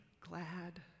glad